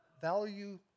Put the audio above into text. value